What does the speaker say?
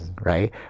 right